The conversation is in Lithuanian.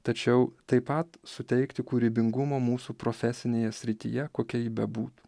tačiau taip pat suteikti kūrybingumo mūsų profesinėje srityje kokia ji bebūtų